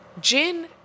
Gin